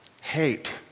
hate